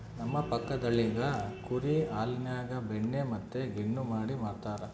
ನಮ್ಮ ಪಕ್ಕದಳ್ಳಿಗ ಕುರಿ ಹಾಲಿನ್ಯಾಗ ಬೆಣ್ಣೆ ಮತ್ತೆ ಗಿಣ್ಣು ಮಾಡಿ ಮಾರ್ತರಾ